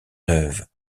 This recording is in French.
neuve